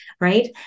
right